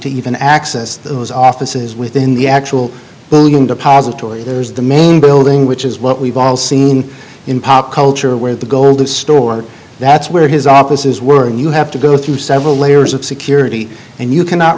to even access those offices within the actual wm depository there's the main building which is what we've all seen in pop culture where the golden store that's where his offices were and you have to go through several layers of security and you cannot